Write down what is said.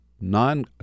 non